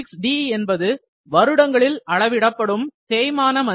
Td என்பது வருடங்களில் அறவிடப்படும் தேய்மான மதிப்பு